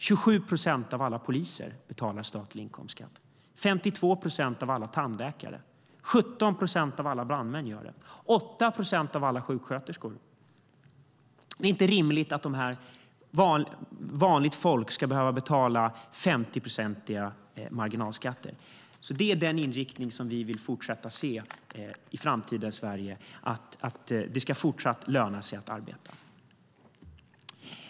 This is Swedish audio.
27 procent av alla poliser betalar statlig inkomstskatt, 52 procent av alla tandläkare, 17 procent av alla brandmän och 8 procent av alla sjuksköterskor. Det är inte rimligt att vanligt folk ska behöva betala 50-procentiga marginalskatter. Det är därför den inriktning som vi vill fortsätta se i framtidens Sverige, alltså att det fortsatt ska löna sig att arbeta.